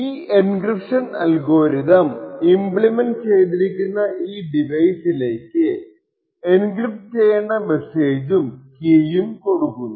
ഈ encryption algorithm implement ചെയ്തിരിക്കുന്ന ഈ ഡിവൈസിലേക്ക് എൻക്രിപ്ട് ചെയ്യേണ്ട മെസ്സേജും കീയും കൊടുക്കുന്നു